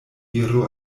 iru